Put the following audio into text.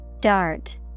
Dart